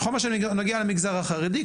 בכל מה שנוגע למגזר החרדי,